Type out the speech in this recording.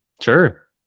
Sure